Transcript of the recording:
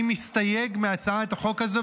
אני מסתייג מהצעת החוק הזו,